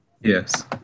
Yes